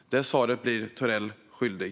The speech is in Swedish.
Där blir Thorell svaret skyldig.